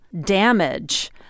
damage